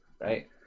right